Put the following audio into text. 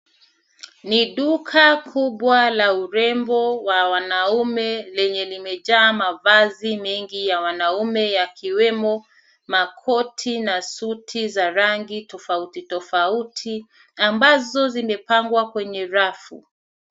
Ni duka kubwa la urembo wa wanaume lenye limejaa mavazi mengi ya wanaume yakiwemo makoti na suti za rangi tofauti tofauti ambazo zimepangwa kwenye rafu.